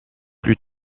plus